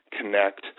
connect